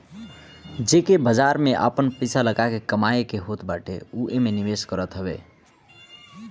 जेके बाजार में आपन पईसा लगा के कमाए के होत बाटे उ एमे निवेश करत हवे